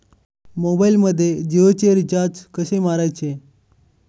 मोबाइलमध्ये जियोचे रिचार्ज कसे मारायचे?